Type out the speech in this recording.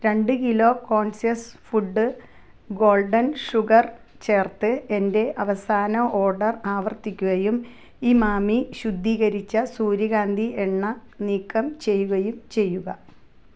രണ്ട് kilo conscious food golden sugar ചേർത്ത് എന്റെ അവസാന ഓഡർ ആവർത്തിക്കുകയും ഇമാമി ശുദ്ധീകരിച്ച സൂര്യകാന്തി എണ്ണ നീക്കം ചെയ്യുകയും ചെയ്യുക